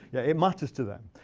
yeah it matters to them.